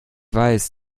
weiß